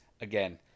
again